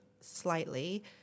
slightly